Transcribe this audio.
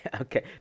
Okay